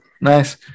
nice